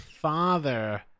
Father